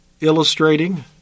illustrating